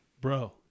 Bro